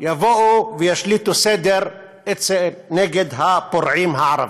יבואו וישליטו סדר נגד הפורעים הערבים.